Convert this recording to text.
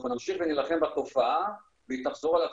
נמשיך ונילחם בתופעה והיא תחזור על עצמה.